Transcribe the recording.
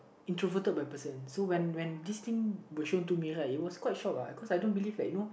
introverted by person so when when this thing was shown to me right it was quite shock ah cause I don't believe I know